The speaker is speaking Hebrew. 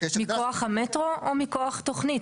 מכוח המטרו או מכוח תוכנית?